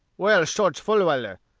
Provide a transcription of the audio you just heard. well, shorge fulwiler,